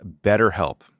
BetterHelp